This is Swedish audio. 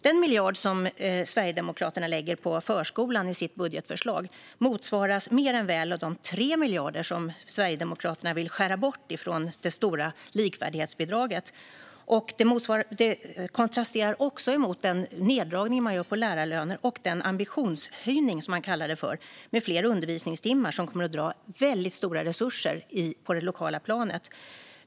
Den miljard som Sverigedemokraterna lägger på förskolan i sitt budgetförslag motsvaras mer än väl av de 3 miljarder som Sverigedemokraterna vill skära bort från det stora likvärdighetsbidraget. Det kontrasterar också mot den neddragning man gör på lärarlöner och det man kallar en ambitionshöjning med fler undervisningstimmar, som kommer att dra stora resurser på det lokala planet.